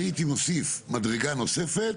אני הייתי מוסיף מדרגה נוספת